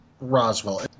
Roswell